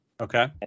Okay